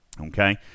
Okay